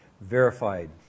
verified